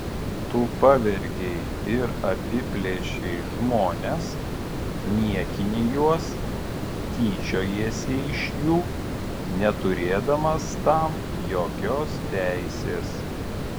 tu pavergei ir apiplėšei žmones niekini juos tyčiojiesi iš jų neturėdamas tam jokios teisės